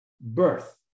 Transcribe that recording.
birth